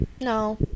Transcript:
No